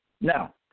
Now